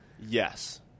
Yes